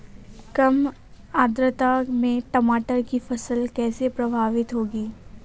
कम आर्द्रता में टमाटर की फसल कैसे प्रभावित होगी?